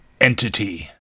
Entity